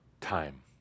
Time